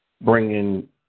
bringing